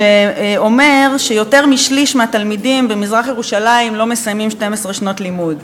שאומר שיותר משליש מהתלמידים במזרח-ירושלים לא מסיימים 12 שנות לימוד,